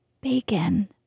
Bacon